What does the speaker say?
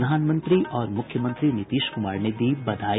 प्रधानमंत्री और मुख्यमंत्री नीतीश कुमार ने दी बधाई